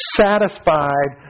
satisfied